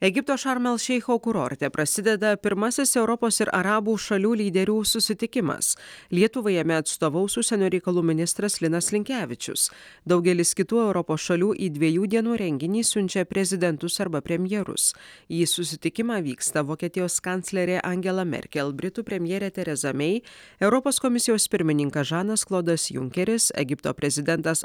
egipto šarm el šeicho kurorte prasideda pirmasis europos ir arabų šalių lyderių susitikimas lietuvai jame atstovaus užsienio reikalų ministras linas linkevičius daugelis kitų europos šalių į dviejų dienų renginį siunčia prezidentus arba premjerus į susitikimą vyksta vokietijos kanclerė angela merkel britų premjerė tereza mei europos komisijos pirmininkas žanas klodas junkeris egipto prezidentas